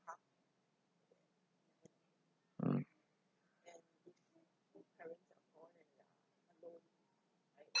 mm